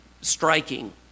striking